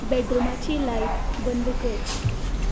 बॅडरूमाची light बंद कर